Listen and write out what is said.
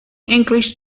english